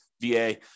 VA